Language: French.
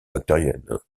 bactérienne